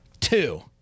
two